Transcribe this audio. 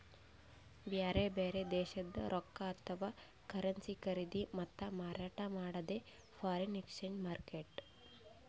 ಬ್ಯಾರೆ ಬ್ಯಾರೆ ದೇಶದ್ದ್ ರೊಕ್ಕಾ ಅಥವಾ ಕರೆನ್ಸಿ ಖರೀದಿ ಮತ್ತ್ ಮಾರಾಟ್ ಮಾಡದೇ ಫಾರೆನ್ ಎಕ್ಸ್ಚೇಂಜ್ ಮಾರ್ಕೆಟ್